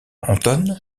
anton